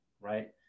right